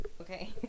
Okay